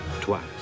twice